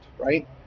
Right